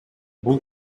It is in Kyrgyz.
бул